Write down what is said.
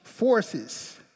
Forces